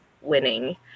winning